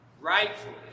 rightfully